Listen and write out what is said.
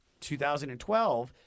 2012